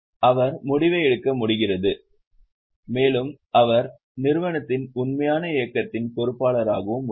அவர் முடிவை எடுக்க முடிகிறது மேலும் அவர் நிறுவனத்தின் உண்மையான இயக்கத்தின் பொறுப்பாளராகவும் உள்ளார்